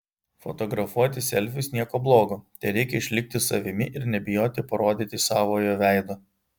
fotografuoti selfius nieko blogo tereikia išlikti savimi ir nebijoti parodyti savojo veido